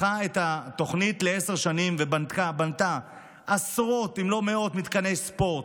המדינה לקחה את התוכנית לעשר שנים ובנתה עשרות אם לא מאות מתקני ספורט,